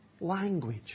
language